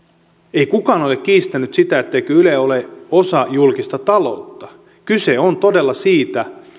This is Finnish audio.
ei kukaan ole kiistänyt sitä etteikö yle ole osa julkista taloutta kyse on todella siitä